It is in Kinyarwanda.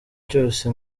cyose